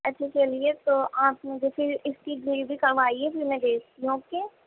اچھا چلیے تو آپ مجھے پھر اس کی ڈلیوری کروائیے تو پھر میں بھیجتی ہوں اوکے